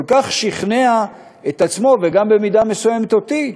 כל כך שכנע את עצמו, וגם במידה מסוימת אותי,